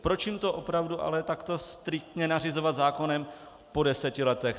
Proč jim to opravdu ale takto striktně nařizovat zákonem po deseti letech?